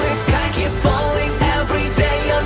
sky keep falling every day